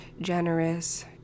generous